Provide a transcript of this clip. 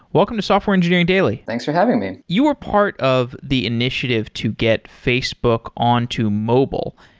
welcome to software engineering daily thanks for having me. you are part of the initiative to get facebook on to mobile,